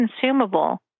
consumable